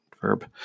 verb